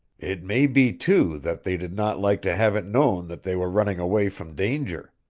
it may be, too, that they did not like to have it known that they were running away from danger.